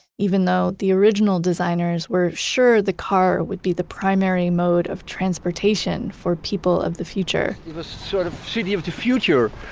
even though the original designers were sure the car would be the primary mode of transportation for people of the future it was sort of city of the future.